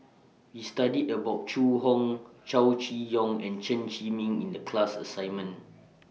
We studied about Zhu Hong Chow Chee Yong and Chen Zhiming in The class assignment